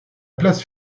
place